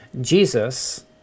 jesus